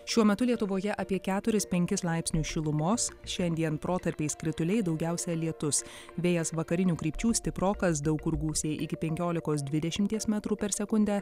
šiuo metu lietuvoje apie keturis penkis laipsnius šilumos šiandien protarpiais krituliai daugiausia lietus vėjas vakarinių krypčių stiprokas daug kur gūsiai iki penkiolikos dvidešimties metrų per sekundę